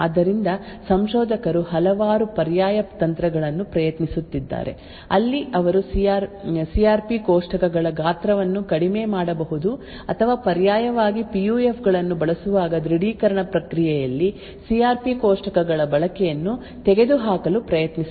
ಆದ್ದರಿಂದ ಸಂಶೋಧಕರು ಹಲವಾರು ಪರ್ಯಾಯ ತಂತ್ರಗಳನ್ನು ಪ್ರಯತ್ನಿಸುತ್ತಿದ್ದಾರೆ ಅಲ್ಲಿ ಅವರು ಸಿ ಆರ್ ಪಿ ಕೋಷ್ಟಕಗಳ ಗಾತ್ರವನ್ನು ಕಡಿಮೆ ಮಾಡಬಹುದು ಅಥವಾ ಪರ್ಯಾಯವಾಗಿ ಪಿ ಯು ಎಫ್ ಗಳನ್ನು ಬಳಸುವಾಗ ದೃಢೀಕರಣ ಪ್ರಕ್ರಿಯೆಯಲ್ಲಿ ಸಿ ಆರ್ ಪಿ ಕೋಷ್ಟಕಗಳ ಬಳಕೆಯನ್ನು ತೆಗೆದುಹಾಕಲು ಪ್ರಯತ್ನಿಸುತ್ತಾರೆ